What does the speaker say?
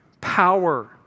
Power